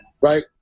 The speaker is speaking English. Right